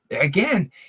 again